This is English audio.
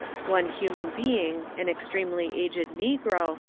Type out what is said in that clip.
one human being, an extremely aged negro,